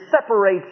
separates